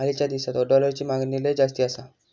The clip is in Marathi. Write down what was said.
हालीच्या दिसात डॉलरची मागणी लय जास्ती आसा